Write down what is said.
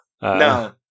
No